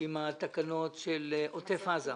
עם התקנות של עוטף עזה.